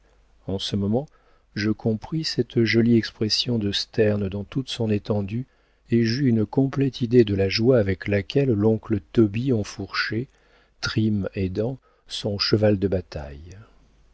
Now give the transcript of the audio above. en ce moment je compris cette jolie expression de sterne dans toute son étendue et j'eus une complète idée de la joie avec laquelle l'oncle tobie enfourchait trim aidant son cheval de bataille